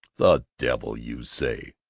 the devil you say!